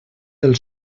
del